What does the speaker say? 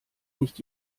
nicht